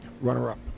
runner-up